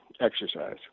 exercise